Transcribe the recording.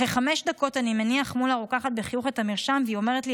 אחרי חמש דקות אני מניח מול הרוקחת בחיוך את המרשם והיא אומרת לי,